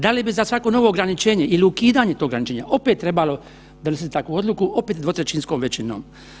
Da li bi za svako novo ograničenje ili ukidanje tog ograničenja opet trebalo donositi takvu odluku, opet dvotrećinskom većinom?